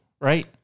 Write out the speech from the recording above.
right